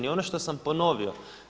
I ono što sam ponovio.